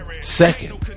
second